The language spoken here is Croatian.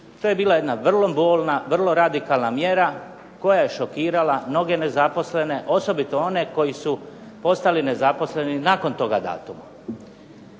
To je bila jedna vrlo bolna, vrlo radikalna mjera koja je šokirala mnoge nezaposlene osobito one koji su postali nezaposleni nakon toga datuma.